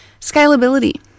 Scalability